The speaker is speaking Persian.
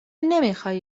نمیخوای